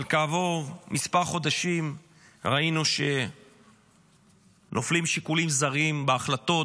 אבל כעבור כמה חודשים ראינו שנופלים שיקולים זרים בהחלטות,